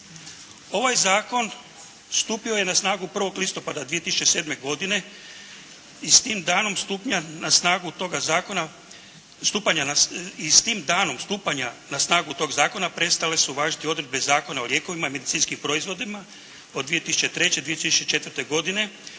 Ovaj zakon stupio je na snagu 1. listopada 2007. godine i s tim danom stupanja na snagu tog zakona prestale su važiti odredbe Zakona o lijekova i medicinskim proizvodima od 2003., 2004. godine